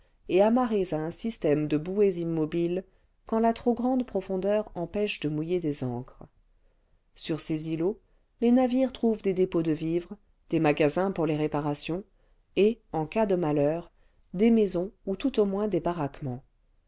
et amarrés à un système de bouées immobiles quand la trop grande profondeur empêche de mouiller clés ancres sur ces îlots les navires trouvent des dépôts de vivres des magasins pour les réparations et en cas de malheur des maisons ou tout au moins i e vingtième siècle des baraquements